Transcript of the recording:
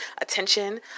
attention